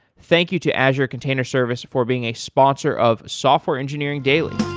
thank you to azure container service for being a sponsor of software engineering daily.